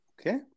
Okay